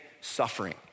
suffering